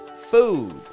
food